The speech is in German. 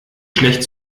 schlecht